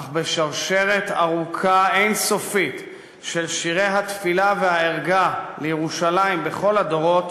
אך בשרשרת ארוכה אין-סופית של שירי התפילה והערגה לירושלים בכל הדורות